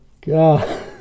god